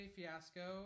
Fiasco